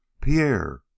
Pierre